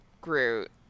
Groot